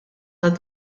tad